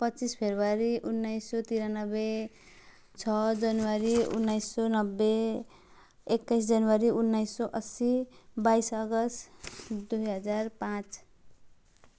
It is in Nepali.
पच्चिस फब्रुअरी उन्नाइस सौ त्रियान्नब्बे छ जनवरी उन्नाइस सौ नब्बे एक्काइस जनवरी उन्नाइस सौ असी बाइस अगस्ट दुई हजार पाँच